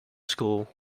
school